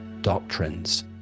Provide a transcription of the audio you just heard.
doctrines